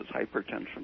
hypertension